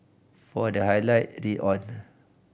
for the highlight read on